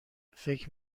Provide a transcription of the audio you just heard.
فکر